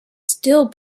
still